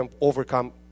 overcome